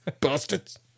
bastards